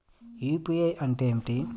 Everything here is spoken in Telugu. యూ.పీ.ఐ అంటే ఏమిటీ?